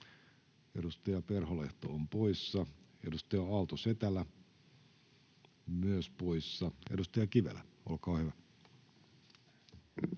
Edustaja Perholehto on poissa, edustaja Aalto-Setälä myös poissa. — Edustaja Kivelä, olkaa hyvä.